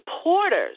supporters